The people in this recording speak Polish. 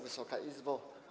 Wysoka Izbo!